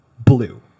blue